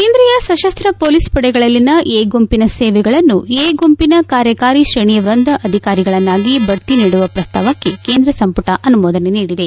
ಕೇಂದ್ರೀಯ ಸಶಸ್ತ್ರ ಪೊಲೀಸ್ ಪಡೆಗಳಲ್ಲಿನ ಎ ಗುಂಪಿನ ಸೇವೆಗಳನ್ನು ಎ ಗುಂಪಿನ ಕಾರ್ಯಕಾರಿ ಶ್ರೇಣಿ ವೃಂದ ಅಧಿಕಾರಿಗಳನ್ನಾಗಿ ಬಡ್ತಿ ನೀಡುವ ಪ್ರಸ್ತಾವಕ್ಕೆ ಕೇಂದ್ರ ಸಂಪುಟ ಅನುಮೋದನೆ ನೀಡಿದೆ